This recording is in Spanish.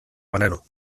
banano